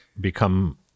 become